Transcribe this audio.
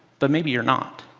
but maybe you're not.